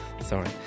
sorry